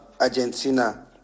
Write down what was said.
Argentina